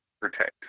protect